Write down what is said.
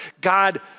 God